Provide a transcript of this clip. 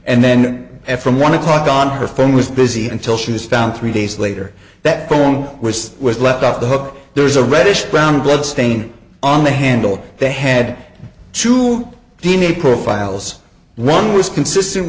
and then f m one o'clock on her phone was busy until she was found three days later that bone wrist was left off the hook there's a reddish brown blood stain on the handle they had to d n a profiles one was consistent